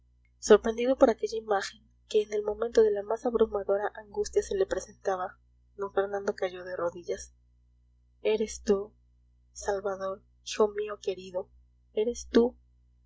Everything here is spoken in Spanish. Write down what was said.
sorprendido por aquella imagen que en el momento de la más abrumadora angustia se le presentaba don fernando cayó de rodillas eres tú salvador hijo mío querido eres tú